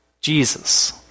Jesus